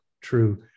true